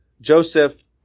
Joseph